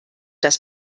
dass